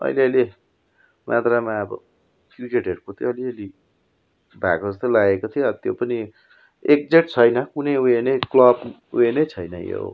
अहिले अहिले मात्रामा अब क्रिकेटहरूको चाहिँ अलिलि भएको जस्तै लागेको थियो त्यो पनि एक्जेक्ट छैन कुनै उयो नै क्लब उयो नै छैन यो